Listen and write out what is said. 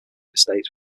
estates